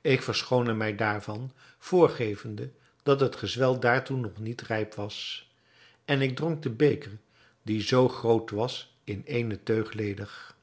ik verschoonde mij daarvan voorgevende dat het gezwel daartoe nog niet rijp was en ik dronk den beker die zoo groot was in eene teug ledig